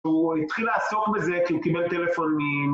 הוא התחיל לעסוק בזה, כי הוא קיבל טלפון מ...